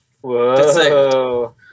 Whoa